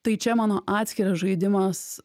tai čia mano atskiras žaidimas